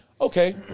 okay